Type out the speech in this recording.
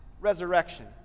resurrection